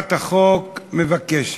הצעת החוק מבקשת?